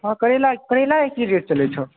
हँ करैला करैलाके की रेट चलै छऽ